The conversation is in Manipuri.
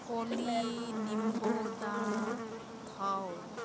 ꯑꯣꯜꯂꯤ ꯅꯤꯝꯕꯣꯗ ꯊꯥꯎ